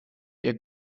ihr